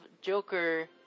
Joker